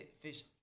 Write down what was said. fish